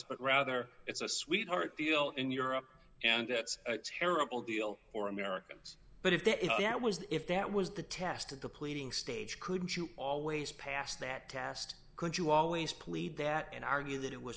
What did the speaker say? but rather it's a sweetheart deal in europe and it's a terrible deal for americans but if there was if that was the test of the pleading stage couldn't you always pass that cast could you always plead that and argue that it was